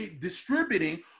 distributing